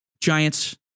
Giants